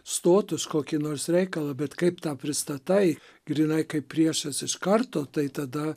stotus kokį nors reikalą bet kaip tą pristatai grynai kaip priešas iš karto tai tada